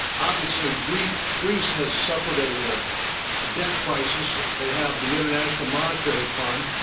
obviously greece greece has suffered a debt crisis. they have the international monetary fund,